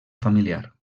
familiar